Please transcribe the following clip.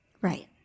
right